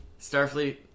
Starfleet